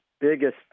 biggest